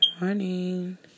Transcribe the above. morning